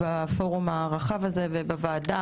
הן באופי שבו היא מתמודדת.